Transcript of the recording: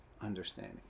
understanding